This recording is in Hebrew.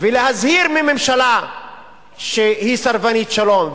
ולהזהיר מממשלה שהיא סרבנית שלום.